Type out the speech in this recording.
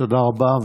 תודה רבה.